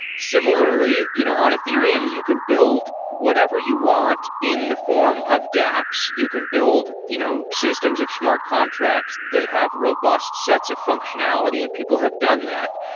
similarly, you know on ethereum, you can build whatever you want in the form of daps. you can build you know systems of smart contracts that have robust sets of functionality, and people have done that.